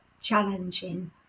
challenging